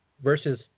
Versus